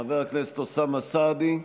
חבר הכנסת אוסאמה סעדי,